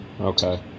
Okay